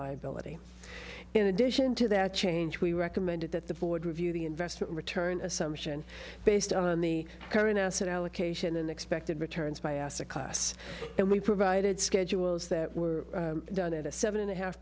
liability in addition to that change we recommended that the board review the investment return assumption based on the current asset allocation and expected returns by asset class and we provided schedules that were done at a seven and a half